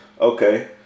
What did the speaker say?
Okay